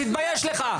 תתבייש לך.